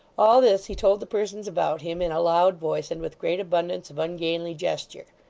all this he told the persons about him in a loud voice, and with great abundance of ungainly gesture.